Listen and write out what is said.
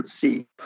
see